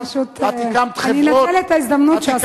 לא, אני פשוט נוטלת את ההזדמנות לעשות את זה.